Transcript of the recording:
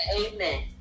amen